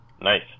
Nice